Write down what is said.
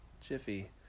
jiffy